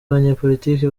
banyepolitike